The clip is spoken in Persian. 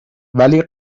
ولی